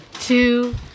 Two